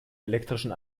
elektrischen